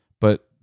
but-